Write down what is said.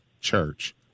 church